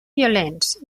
violents